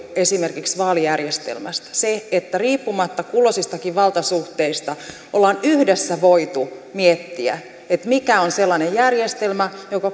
esimerkiksi vaalijärjestelmästä että riippumatta kulloisistakin valtasuhteista ollaan yhdessä voitu miettiä mikä on sellainen järjestelmä jonka